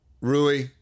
Rui